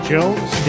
Jones